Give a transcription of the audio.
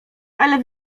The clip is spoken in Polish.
ale